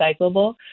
recyclable